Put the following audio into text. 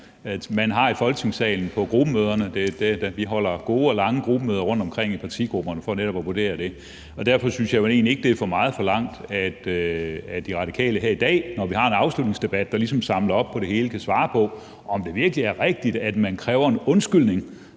vi gør i de andre partier. Vi holder gode og lange gruppemøder rundtomkring i partigrupperne for netop at vurdere det, og derfor synes jeg egentlig ikke, det er for meget forlangt, at De Radikale her i dag, når vi har en afslutningsdebat, der ligesom samler op på det hele, kan svare på, om det virkelig er rigtigt, at man kræver en undskyldning